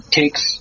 takes